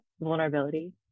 vulnerability